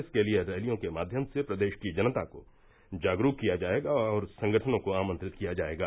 इसके लिए रैलियों के माध्यम से प्रदेश की जनता को जागरूक किया जायेगा और संगठनों को आमंत्रित किया जायेगा